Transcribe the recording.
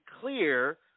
clear